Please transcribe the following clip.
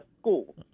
School